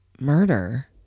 murder